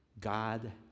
God